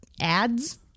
ads